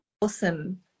awesome